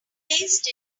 placed